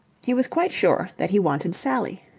he was quite sure that he wanted sally.